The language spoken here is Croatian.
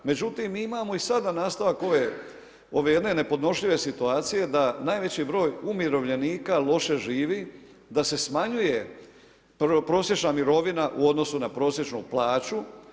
Međutim, mi imamo i sada nastavak ove jedne nepodnošljive situacije da najveći broj umirovljenika loše živi, da se smanjuje prosječna mirovina u odnosu na prosječnu plaću.